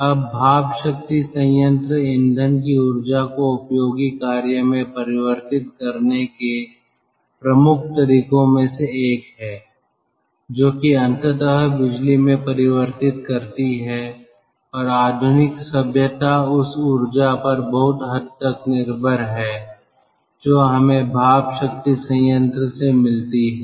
अब भाप शक्ति संयंत्र ईंधन की ऊर्जा को उपयोगी कार्य में परिवर्तित करने के प्रमुख तरीकों में से एक है जो कि अंततः बिजली में परिवर्तित करती है और आधुनिक सभ्यता उस ऊर्जा पर बहुत हद तक निर्भर है जो हमें भाप शक्ति संयंत्र से मिलती है